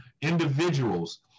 individuals